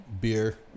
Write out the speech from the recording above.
Beer